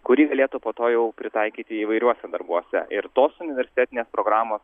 kuri galėtų po to jau pritaikyti įvairiuose darbuose ir tos universitetinės programos